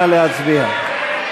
נא להצביע.